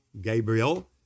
Gabriel